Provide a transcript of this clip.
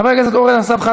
חברת הכנסת רויטל סויד,